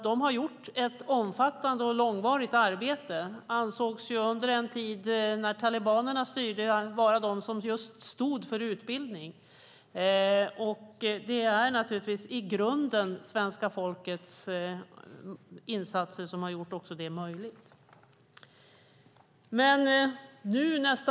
De har gjort ett omfattande och långvarigt arbete och ansågs under den tid när talibanerna styrde vara de som just stod för utbildning. Det är naturligtvis i grunden svenska folkets insatser som gjort detta möjligt. Herr talman!